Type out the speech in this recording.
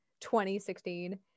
2016